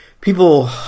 People